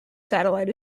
satellite